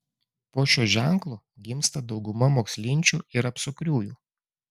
po šiuo ženklu gimsta dauguma mokslinčių ir apsukriųjų